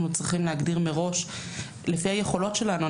צריכים להגדיר מראש לפי היכולות שלנו.